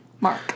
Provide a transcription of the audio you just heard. Mark